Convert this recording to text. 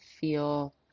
feel